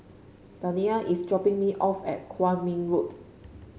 Dania is dropping me off at Kwong Min Road